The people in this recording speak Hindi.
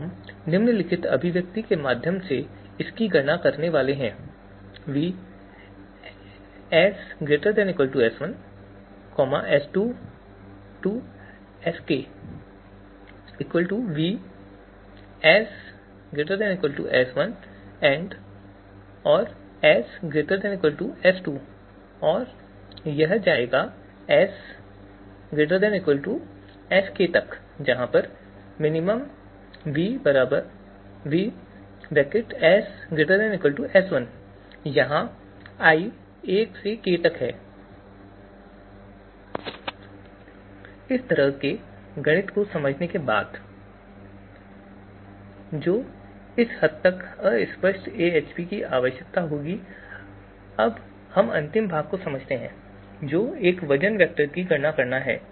हम निम्नलिखित अभिव्यक्ति के माध्यम से इसकी गणना करने वाले हैं इस तरह के गणित को समझने के बाद जो इस हद तक अस्पष्ट एएचपी की आवश्यकता होगी अब हम अंतिम भाग को समझते हैं जो वजन वेक्टर की गणना करना है